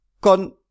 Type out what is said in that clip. Con